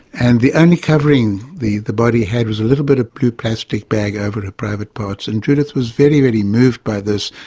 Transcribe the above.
and the only and covering the the body had was a little bit of blue plastic bag over her private parts. and judith was very, very moved by this,